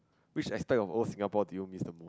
which aspect of old Singapore do you miss the mo~